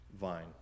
vine